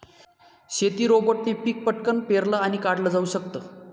शेती रोबोटने पिक पटकन पेरलं आणि काढल जाऊ शकत